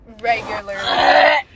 Regularly